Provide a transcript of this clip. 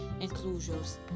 enclosures